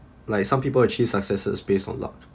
like some people achieve successes based on luck